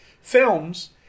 films